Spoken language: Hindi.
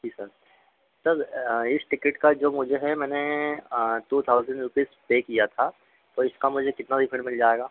जी सर सर इस टिकिट का जो मुझे है मैंने टू थाउज़ेंड रुपीज़ पे किया था तो इसका मुझे रिफ़ंड मिल जाएगा